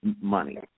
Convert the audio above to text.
money